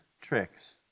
tricks